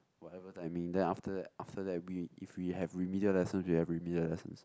whatever timing then after that after that we if we have remedial lesson we have remedial lessons